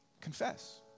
Confess